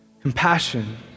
Compassion